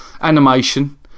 animation